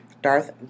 Darth